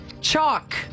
Chalk